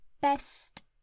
best